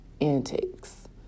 antics